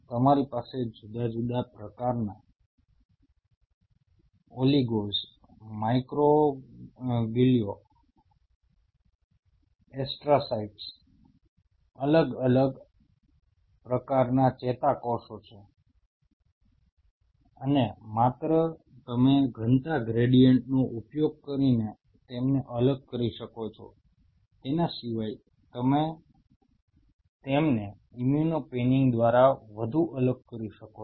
તમારી પાસે જુદા જુદા પ્રકારના ઓલિગોસ માઇક્રોગ્લિયા એસ્ટ્રોસાયટ્સ અલગ અલગ પ્રકારના ચેતાકોષો છે અને માત્ર તમે ઘનતા ગ્રેડિયન્ટનો ઉપયોગ કરીને તેમને અલગ કરી શકો છો તેના સિવાય તમે તેમને ઇમ્યુનો પેનિંગ દ્વારા વધુ અલગ કરી શકો છો